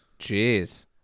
Jeez